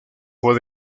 fue